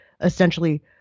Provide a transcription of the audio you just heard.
essentially